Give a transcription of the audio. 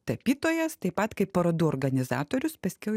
tapytojas taip pat kaip parodų organizatorius paskiau